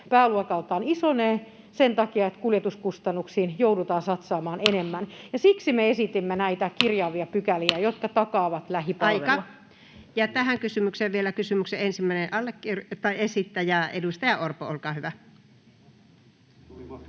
pääluokaltaan isonee sen takia, että kuljetuskustannuksiin joudutaan satsaamaan enemmän. Siksi me esitimme näitä kirjavia pykäliä, jotka takaavat lähipalvelua. Aika! — Tähän kysymykseen vielä kysymyksen ensimmäinen esittäjä, edustaja Orpo, olkaa hyvä.